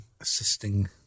Assisting